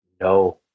No